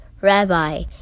Rabbi